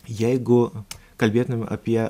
jeigu kalbėtumėm apie